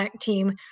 team